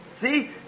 See